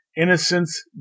innocence